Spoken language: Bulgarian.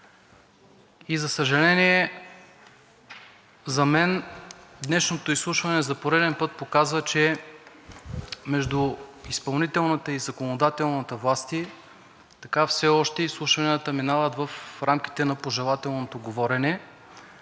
За съжаление, за мен днешното изслушване за пореден път показва, че между изпълнителната и законодателната власт все още изслушванията минават в рамките на пожелателното говорене,